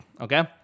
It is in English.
okay